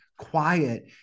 Quiet